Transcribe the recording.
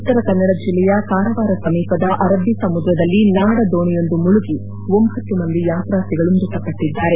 ಉತ್ತರ ಕನ್ನಡ ಜಿಲ್ಲೆಯ ಕಾರವಾರ ಸಮೀಪದ ಅರಬ್ಬೀ ಸಮುದ್ರದಲ್ಲಿ ನಾಡ ದೋಣಿಯೊಂದು ಮುಳುಗಿ ಒಂಭತ್ತು ಮಂದಿ ಯಾತ್ರಾರ್ಥಿಗಳು ಮೃತಪಟ್ಟಿದ್ದಾರೆ